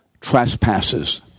trespasses